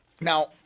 Now